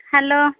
hello